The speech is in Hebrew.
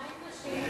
מה עם נשים?